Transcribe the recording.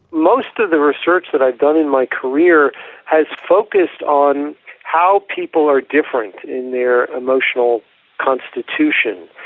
most of the research that i've done in my career has focussed on how people are different in their emotional constitution.